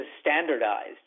standardized